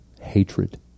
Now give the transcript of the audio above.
Hatred